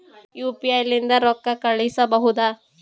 UPI ಲಿಂದ ರೊಕ್ಕ ಕಳಿಸಬಹುದಾ?